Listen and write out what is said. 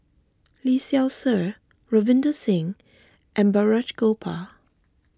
Lee Seow Ser Ravinder Singh and Balraj Gopal